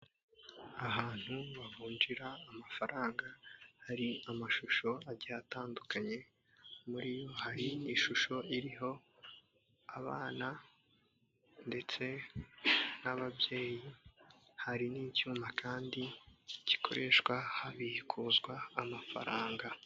Ahantu bavunjira amafaranga hari amashusho agiye atandukanye, muri yo hari ishusho iriho abana ndetse n'ababyeyi hari n'icyuma kandi gikoreshwa habikuzwa amafaranga.